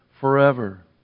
forever